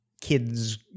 kids